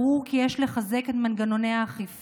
ברור כי יש לחזק את מנגנוני האכיפה,